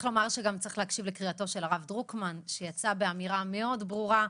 גם להקשיב לרב דרוקמן שיצא באמירה מאוד ברורה,